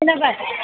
खोनाबाय